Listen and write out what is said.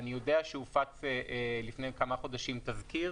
אני יודע שלפני כמה חודשים הופץ תזכיר